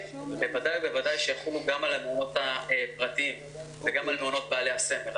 בוודאי ובוודאי שיחולו גם על המעונות הפרטיים וגם על המעונות בעלי הסמל.